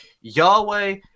Yahweh